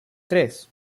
tres